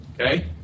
Okay